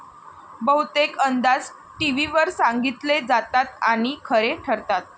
बहुतेक अंदाज टीव्हीवर सांगितले जातात आणि खरे ठरतात